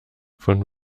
von